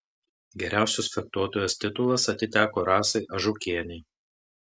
geriausios fechtuotojos titulas atiteko rasai ažukienei